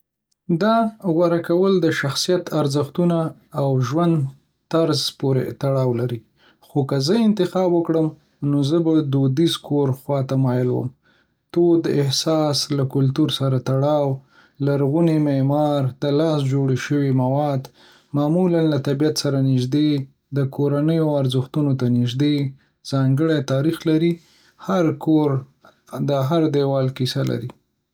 دا غوره کول د شخصیت، ارزښتونو، او ژوند‌طرز پورې تړاو لري, خو که زه انتخاب وکړم، نو زه به د دودیز کور خوا ته مایل وم تود احساس، له کلتور سره تړاو. لرغونی معمار، د لاس جوړ شوي مواد. معمولا له طبیعت سره نږدې، د کورنیو ارزښتونو ته نږدې. ځانګړی تاریخ لري, د هر کور هر دیوال کیسه لري.